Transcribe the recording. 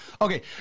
Okay